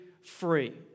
free